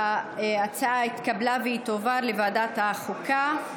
ההצעה התקבלה, והיא תועבר לוועדת החוקה.